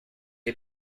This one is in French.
est